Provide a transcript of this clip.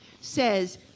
says